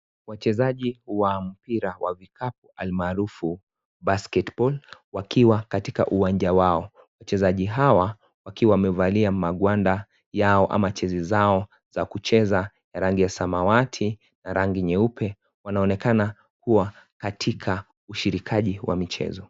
Wachezaji wa mpira wa vikapu almarufu, basketball , wakiwa katika uwanja wao. Wachezaji hawa wakiwa wamevalia magwanda yao ama jezi zao za kucheza ya rangi ya samawati na rangi nyeupe. Wanaoneka kuwa katika ushirikaji wa michezo.